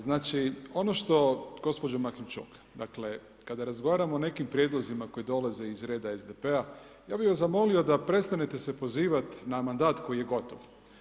Znači ono što gospođo Maksimčuk, dakle kada razgovaramo o nekim prijedlozima koji dolaze iz reda SDP-a ja bih molio da prestanete se pozivati na mandat koji je gotov.